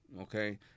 Okay